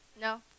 no